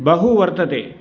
बहु वर्तते